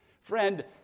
Friend